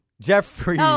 Jeffrey